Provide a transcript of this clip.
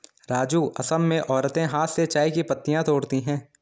राजू असम में औरतें हाथ से चाय की पत्तियां तोड़ती है